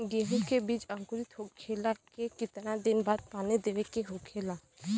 गेहूँ के बिज अंकुरित होखेला के कितना दिन बाद पानी देवे के होखेला?